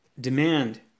demand